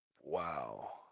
Wow